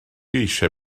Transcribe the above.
eisiau